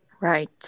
Right